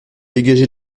dégagé